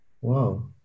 Wow